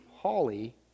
holly